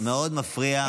מאוד מפריע, הדיבורים.